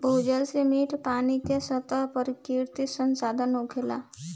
भूजल से मीठ पानी के स्रोत प्राकृतिक संसाधन होखेला